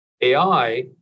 AI